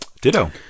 Ditto